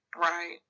Right